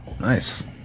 Nice